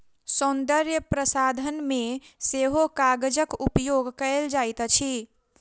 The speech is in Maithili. सौन्दर्य प्रसाधन मे सेहो कागजक उपयोग कएल जाइत अछि